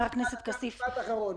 משפט אחרון.